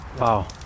Wow